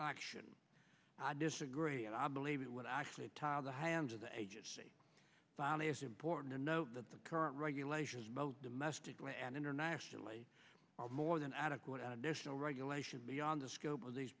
action and i disagree and i believe it would actually tie the hands of the agency bonniest important to know that the current regulations domestically and internationally more than adequate additional regulation beyond the scope of these